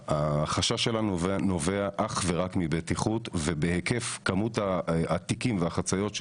החשש שלנו נובע אך ורק מבטיחות ובהיקף כמות התיקים והחציות,